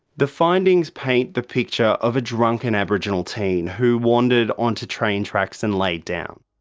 the findings paint the picture of a drunken aboriginal teen who wandered onto train tracks and laid down.